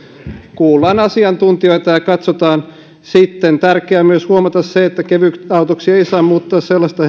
kuullaan asiantuntijoita ja katsotaan sitten tärkeää on myös huomata se että kevytautoksi ei saa muuttaa sellaista